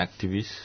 activists